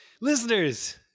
Listeners